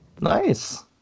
Nice